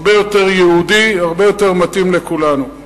הרבה יותר יהודי, הרבה יותר מתאים לכולנו.